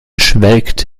schwelgte